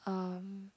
um